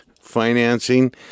financing